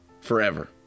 forever